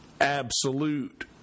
absolute